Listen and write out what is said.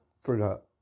Forgot